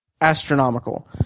astronomical